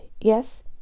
Yes